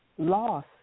loss